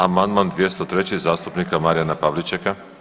Amandman 203. zastupnika Marijana Pavličeka.